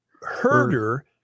herder